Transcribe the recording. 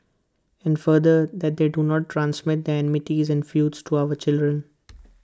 and further that they do not transmit their enmities and feuds to our children